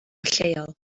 lleol